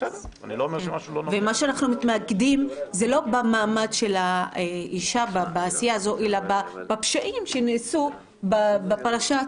אנחנו מתמקדים כאן לא במעמד של האישה אלא בפשעים שנעשו בפרשה,